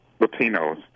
Latinos